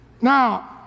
Now